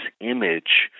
image